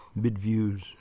midviews